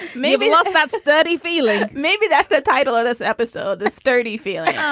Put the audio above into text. maybe not that's thirty feeling. maybe that's the title of this episode. the sturdy feeling. yeah